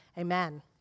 Amen